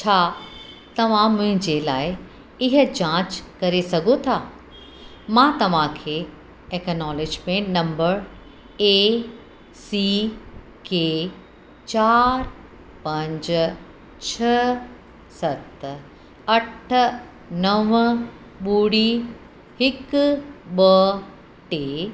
छा तव्हां मुंहिंजे लाइ इहा जांच करे सघो था मां तव्हांखे acknowledgement number A C K चारि पंज छ सत अठ नव ॿुड़ी हिकु ॿ टे